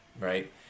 right